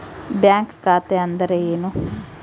Bank ಖಾತೆ ಅಂದರೆ ಏನು?